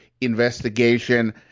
investigation